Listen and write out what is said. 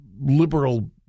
liberal